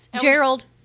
gerald